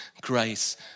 grace